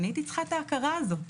והייתי צריכה את ההכרה הזאת.